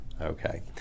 okay